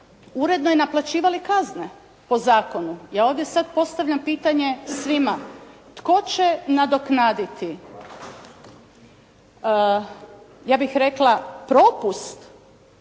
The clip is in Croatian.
uredno i naplaćivali kazne po zakonu. Ja ovdje postavljam sada pitanje svima. Tko će nadoknaditi, ja bih rekla propust,